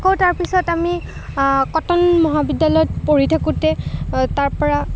আকৌ তাৰ পিছত আমি কটন মহাবিদ্যালয়ত পঢ়ি থাকোঁতে তাৰপৰা